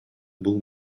бул